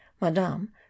Madame